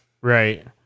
Right